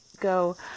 go